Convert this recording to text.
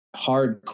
hardcore